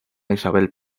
isabel